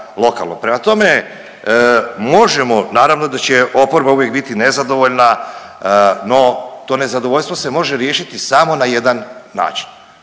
Prema tome, možemo, naravno da će oporba uvijek biti nezadovoljna no to nezadovoljstvo se može riješiti samo na jedan način,